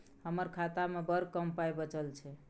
हमर खातामे बड़ कम पाइ बचल छै